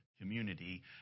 community